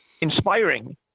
inspiring